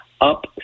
up